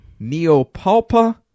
Neopalpa